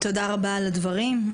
תודה רבה על הדברים.